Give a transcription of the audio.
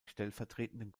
stellvertretenden